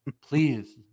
Please